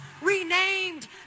renamed